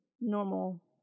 normal